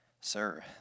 Sir